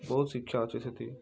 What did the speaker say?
ବହୁତ୍ ଶିକ୍ଷା ଅଛେ ସେଥି